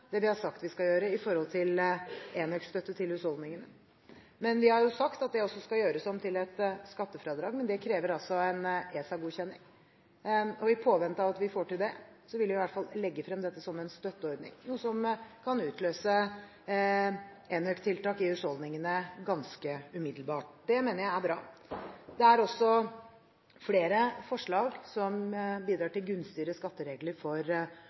det vi har sagt vi skal gjøre når det gjelder enøkstøtte til husholdningene, men vi har sagt at det også skal gjøres om til et skattefradrag, og det krever altså en ESA-godkjenning. I påvente av at vi får til det, vil vi i hvert fall legge frem dette som en støtteordning, noe som kan utløse enøktiltak i husholdningene ganske umiddelbart. Det mener jeg er bra. Det er også flere forslag som bidrar til gunstigere skatteregler for